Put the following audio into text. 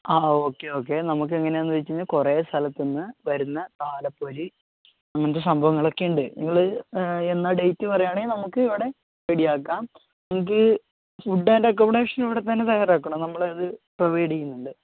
ആ okay okay നമുക്ക് എങ്ങനെയാണെന്ന് വെച്ച് കഴിഞ്ഞാൽ കുറേ സ്ഥലത്തുനിന്ന് വരുന്ന താലപ്പൊലി അങ്ങനെത്തെ സംഭവങ്ങളൊക്കെയുണ്ട് നിങ്ങൾ എന്നാ ഡെയ്റ്റ് പറയാണെ നമുക്ക് ഇവിടെ റെഡിയാക്കാം നിങ്ങൾക്ക് ഫുഡ് ആൻറ്റ് അക്കൊമെഡേഷൻ ഇവിടെത്തന്നെ തയ്യാറാക്കണോ നമ്മളത് പ്രൊവൈഡ് ചെയ്യുന്നുണ്ട്